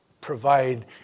provide